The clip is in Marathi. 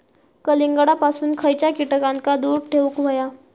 कलिंगडापासून खयच्या कीटकांका दूर ठेवूक व्हया?